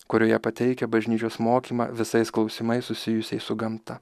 kurioje pateikia bažnyčios mokymą visais klausimais susijusiais su gamta